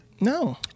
No